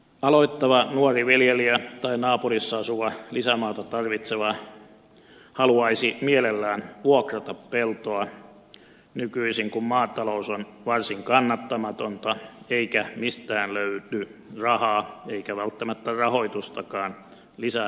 aloittava nuori viljelijä tai naapurissa asuva lisämaata tarvitseva haluaisi mielellään vuokrata peltoa nykyisin kun maatalous on varsin kannattamatonta eikä mistään löydy rahaa eikä välttämättä rahoitustakaan lisämaan ostoon